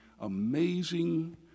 amazing